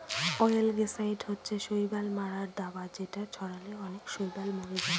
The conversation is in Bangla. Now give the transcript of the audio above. অয়েলগেসাইড হচ্ছে শৈবাল মারার দাবা যেটা ছড়ালে অনেক শৈবাল মরে যায়